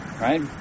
right